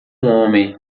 homem